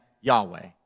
Yahweh